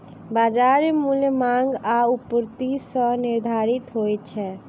बजार मूल्य मांग आ आपूर्ति सॅ निर्धारित होइत अछि